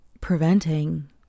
preventing